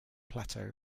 plateau